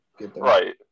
Right